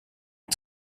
est